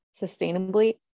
sustainably